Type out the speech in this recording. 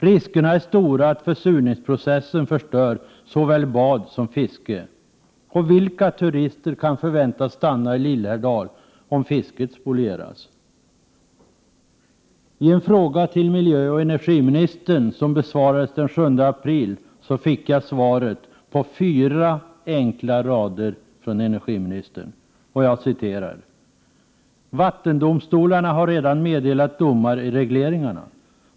Riskerna är stora att försurningsprocessen förstör såväl bad som fiske. Vilka turister kan förväntas stanna i Lillhärdal om fisket spolieras? I en fråga till miljöoch energiministern som besvarades den 7 april fick jag svaret på fyra enkla rader från energiministern: ”Vattendomstolarna har redan meddelat domar i regleringarna.